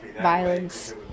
violence